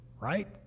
Right